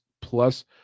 plus